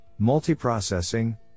multiprocessing